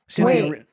Wait